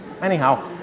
Anyhow